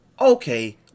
okay